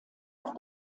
auf